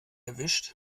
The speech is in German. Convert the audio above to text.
erwischt